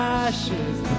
ashes